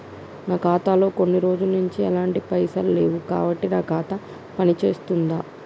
నా ఖాతా లో కొన్ని రోజుల నుంచి ఎలాంటి పైసలు లేవు కాబట్టి నా ఖాతా పని చేస్తుందా?